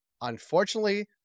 Unfortunately